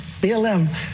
BLM